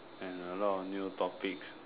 and a lot of new topics